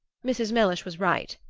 mrs. mellish was right.